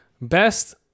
best